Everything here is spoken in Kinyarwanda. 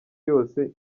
yose